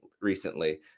recently